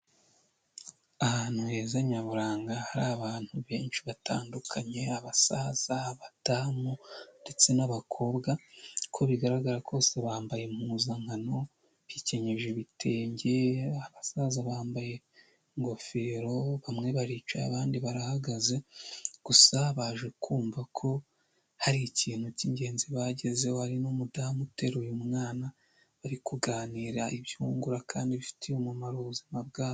Ahantu heza nyaburanga hari abantu benshi batandukanye abasaza, badamu ndetse n'abakobwa uko bigaragara kose bambaye impuzankano, bikenyeje ibitenge, abasaza bambaye ingofero bamwe baricaye, abandi barahagaze gusa baje kumva ko hari ikintu kingenzi bagezeho hari n'umudamu uteruye umwana bari kuganira ibyungura kandi bifitiye umumaro ubuzima bwabo.